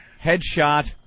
headshot